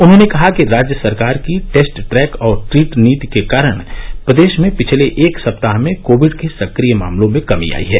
उन्होंने कहा कि राज्य सरकार की टेस्ट ट्रैक और ट्रीट नीति के कारण प्रदेश में पिछले एक सप्ताह में कोविड के सक्रिय मामलों में कमी आयी है